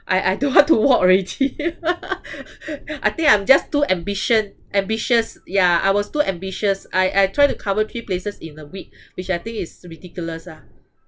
I I don't want to walk already I think I'm just too ambition ambitious ya I was too ambitious I I try to cover three places in a week which I think is ridiculous ah